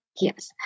Yes